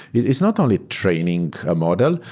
it's not only training a model,